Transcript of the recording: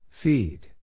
Feed